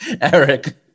eric